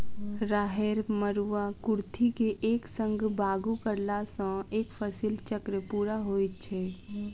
राहैड़, मरूआ, कुर्थी के एक संग बागु करलासॅ एक फसिल चक्र पूरा होइत छै